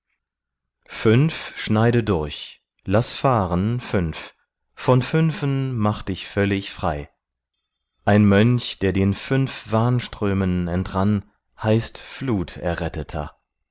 fünf schneide durch lass fahren fünf von fünfen mach dich völlig frei ein mönch der den fünf wahnströmen entrann heißt fluterretteter